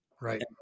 Right